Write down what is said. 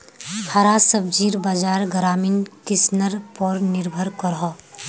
हरा सब्जिर बाज़ार ग्रामीण किसनर पोर निर्भर करोह